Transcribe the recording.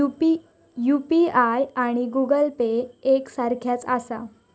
UPI आणि Google Pay एक सारख्याच आसा?